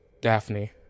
Daphne